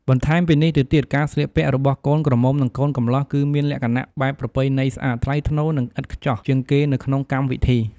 បន្ថែមពីនេះទៅទៀត ការស្លៀកពាក់របស់កូនក្រមុំនិងកូនកំលោះគឺមានលក្ខណះបែបប្រពៃណីស្អាត ថ្លៃថ្នូរ និងឥតខ្ចោះជាងគេនៅក្នុងកម្មវិធី។